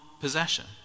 possession